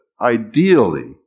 ideally